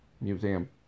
Museum